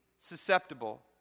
susceptible